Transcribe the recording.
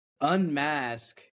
unmask